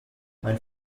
mein